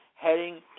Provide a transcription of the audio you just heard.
Heading